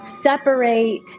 separate